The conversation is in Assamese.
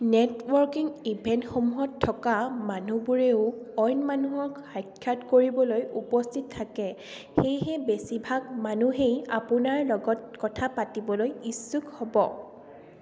নেটৱ'ৰ্কিং ইভেন্টসমূহত থকা মানুহবোৰেও অইন মানুহক সাক্ষাৎ কৰিবলৈ উপস্থিত থাকে সেয়েহে বেছিভাগ মানুহেই আপোনাৰ লগত কথা পাতিবলৈ ইচ্ছুক হ'ব